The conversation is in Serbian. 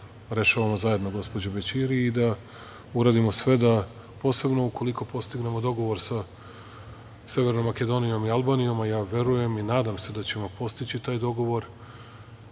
rešavamo zajedno, gospođo Bećiri i da uradimo sve, posebno ukoliko postignemo dogovor sa Severnom Makedonijom i Albanijom. Ja verujem i nadam se da ćemo postići taj dogovor